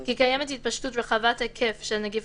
כי קיימת התפשטות רחבת היקף של נגיף